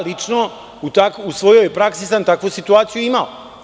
Lično u svojoj praksi sam takvu situaciju imao.